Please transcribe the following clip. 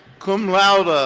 cum laude, ah